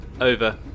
over